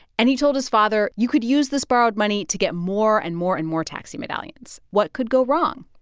and he told his father, you could use this borrowed money to get more and more and more taxi medallions. what could go wrong?